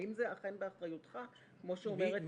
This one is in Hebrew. האם זה אכן באחריותך, כמו שאומרת לשכת עורכי הדין?